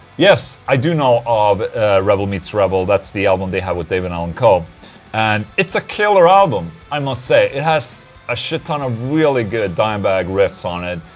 yes, i do know of rebel meets rebel, that's the album they have with david allan coe and it's a killer album, i must say. it has a shit ton of really good dimebag riffs on it.